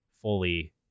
fully